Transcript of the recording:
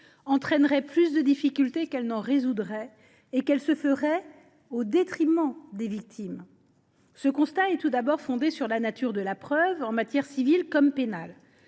entraînerait plus de difficultés qu’elle n’en résoudrait, et qu’elle se ferait au détriment des victimes. Ce constat est tout d’abord fondé sur la nature de la preuve, en matières civile comme pénale.